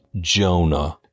Jonah